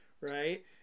Right